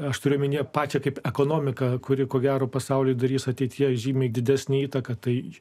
aš turiu omenyje pačią kaip ekonomiką kuri ko gero pasaulyje darys ateityje žymiai didesnę įtaką tai